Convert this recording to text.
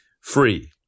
free